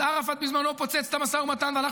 אז ערפאת בזמנו פוצץ את המשא ומתן והלך